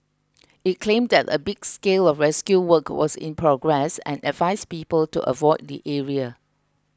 it claimed that a big scale of rescue work was in progress and advised people to avoid the area